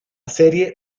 serie